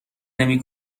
نمی